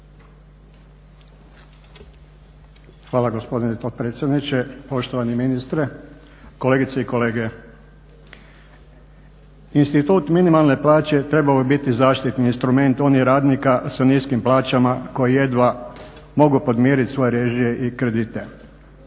Hvala gospodine potpredsjedniče, poštovani ministre, kolegice i kolege. Institut minimalne plaće trebao je biti zaštitni instrument, on je radnika sa niskim plaćama koji jedva mogu podmirit svoje režije i kredite.